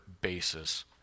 basis